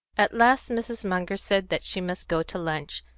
at last mrs. munger said that she must go to lunch,